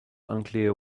unclear